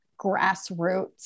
grassroots